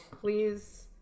please